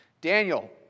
Daniel